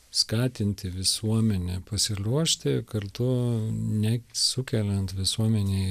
skatinti visuomenę pasiruošti kartu ne sukeliant visuomenei